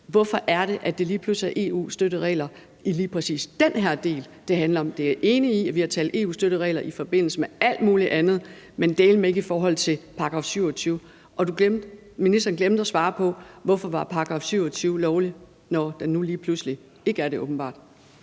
Hvorfor er det lige pludselig EU's støtteregler i lige præcis den her del, det handler om? Jeg er enig i, at vi har talt EU-støtteregler i forbindelse med alt muligt andet, men dæleme ikke i forhold til § 27. Og ministeren glemte at svare på, hvorfor § 27 var lovlig, når den nu lige pludselig åbenbart